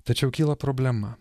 tačiau kyla problema